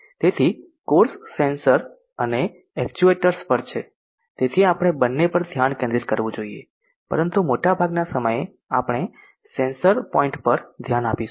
તેથી course sensor અને actuators પર છે તેથી આપણે બંને પર ધ્યાન કેન્દ્રિત કરવું જોઈએ પરંતુ મોટાભાગના સમયે આપણે સેન્સર પોઇન્ટ પર ધ્યાન આપીશું